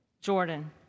Jordan